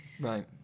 Right